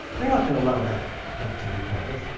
they're not going to allow that that to be published,